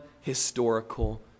historical